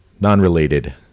Non-related